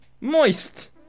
moist